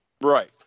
Right